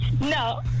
No